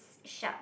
shark